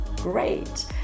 great